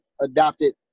adopted